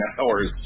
hours